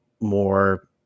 more